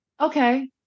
Okay